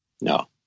No